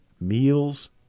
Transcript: meals